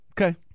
Okay